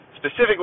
specifically